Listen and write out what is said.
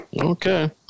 okay